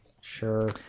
Sure